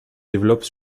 développe